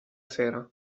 sera